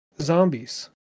zombies